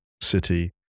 City